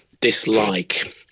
dislike